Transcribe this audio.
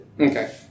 Okay